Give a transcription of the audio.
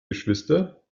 geschwister